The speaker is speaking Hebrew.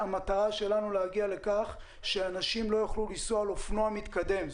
המטרה שלנו היא להגיע לכך שאנשים לא יוכלו ליסוע על אופנוע מתקדם,